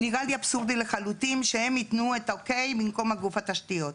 נראה לי אבסורדי לחלוטין שהם יתנו את האישור במקום גוף התשתיות.